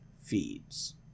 feeds